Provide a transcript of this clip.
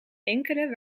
enkelen